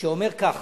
כפול עשר.